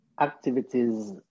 activities